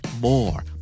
more